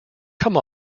come